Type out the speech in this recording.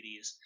80s